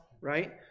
right